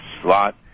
slot